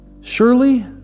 Surely